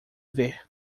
ver